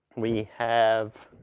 we have